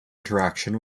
interaction